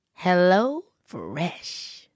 HelloFresh